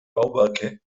bauwerke